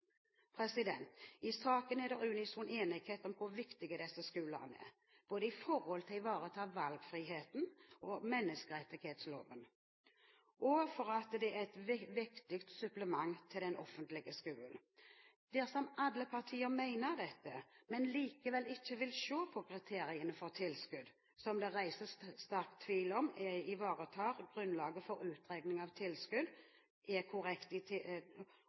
I saken er det unison enighet om hvor viktige disse skolene er, både i forhold til å ivareta valgfriheten og menneskerettighetsloven og som et vektig supplement til den offentlige skolen. Dersom alle partiene mener dette, men likevel ikke vil se på om kriteriene for tilskudd, som det reises sterk tvil om ivaretar grunnlaget for utregning av tilskudd, er korrekte, i tillegg til